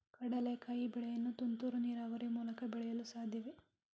ಕಡ್ಲೆಕಾಯಿ ಬೆಳೆಯನ್ನು ತುಂತುರು ನೀರಾವರಿ ಮೂಲಕ ಬೆಳೆಯಲು ಸಾಧ್ಯವೇ?